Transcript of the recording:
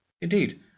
Indeed